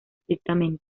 estrictamente